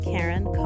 Karen